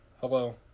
Hello